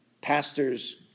Pastors